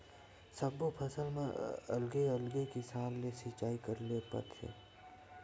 सब्बो फसल म अलगे अलगे किसम ले सिचई करे ल परथे